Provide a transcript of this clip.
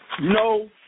no